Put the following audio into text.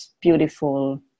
beautiful